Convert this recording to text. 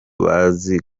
bazi